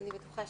אני בטוחה,